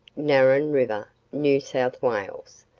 narran river, new south wales,